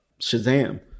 Shazam